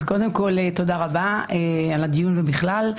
קודם כול, תודה רבה על הדיון ובכלל.